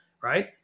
right